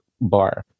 bar